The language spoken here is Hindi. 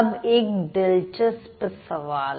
अब एक दिलचस्प सवाल